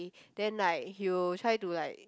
then like he will try to like